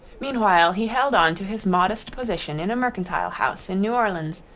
meanwhile he held on to his modest position in a mercantile house in new orleans,